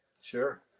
Sure